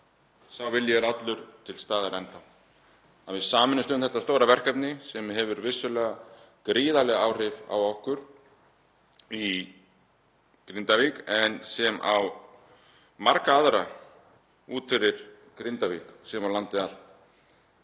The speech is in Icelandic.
sá vilji sé allur til staðar enn þá að við sameinumst um þetta stóra verkefni sem hefur vissulega gríðarleg áhrif á okkur í Grindavík sem og á marga aðra út fyrir Grindavík og um landið allt.